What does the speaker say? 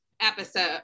episode